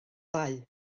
ddau